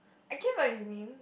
I get what you mean